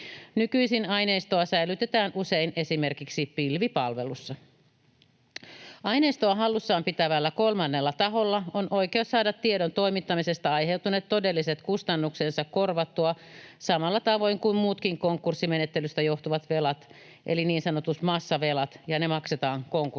Nykyisin aineistoa säilytetään usein esimerkiksi pilvipalvelussa. Aineistoa hallussaan pitävällä kolmannella taholla on oikeus saada tiedon toimittamisesta aiheutuneet todelliset kustannuksensa korvattua samalla tavoin kuin muutkin konkurssimenettelystä johtuvat velat eli niin sanotut massavelat, ja ne maksetaan konkurssipesästä.